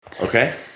Okay